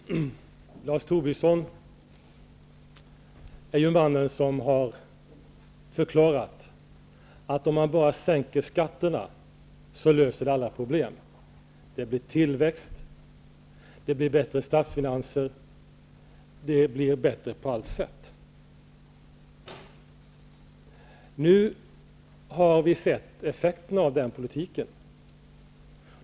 Herr talman! Lars Tobisson är mannen som har förklarat att om man bara sänker skatterna löser man alla problem. Man får då tillväxt, bättre statsfinanser, och det blir bättre på allt sätt. Nu har vi sett effekterna av den politiken.